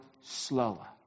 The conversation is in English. slower